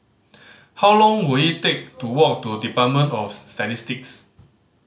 how long will it take to walk to Department of Statistics